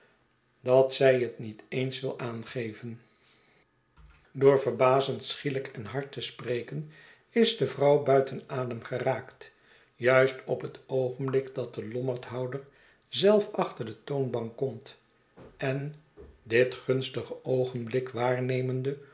dat zy het niet eens wil aangeven door verbasgeetsen van boz zend schielijk en hard te spreken is de vrouw buiten adem geraakt juist op het oogenblik dat de lommerdhouder zelf achter de toonbank komt en dit gunstige oogenblik waarnemende